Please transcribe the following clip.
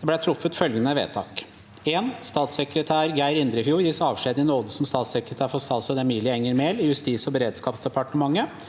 Det ble truffet følgende vedtak: Statsministerens kontor 1. Statssekretær Geir Indrefjord gis avskjed i nåde som statssekretær for statsråd Emilie Enger Mehl i Justis og beredskapsdepartementet